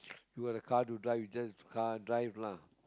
you got a car to drive you just car drive lah